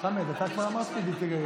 חבר הכנסת קיש,